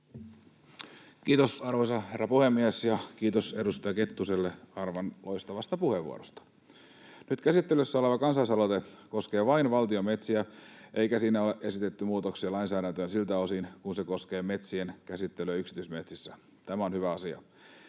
Kiitos, arvoisa herra puhemies! Kiitos edustaja Kettuselle aivan loistavasta puheenvuorosta. Nyt käsittelyssä oleva kansalaisaloite koskee vain valtion metsiä, eikä siinä ole esitetty muutoksia lainsäädäntöön siltä osin kuin se koskee metsien käsittelyä yksityismetsissä. Tämä on hyvä asia.